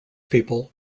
people